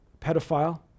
pedophile